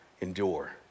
endure